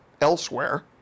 elsewhere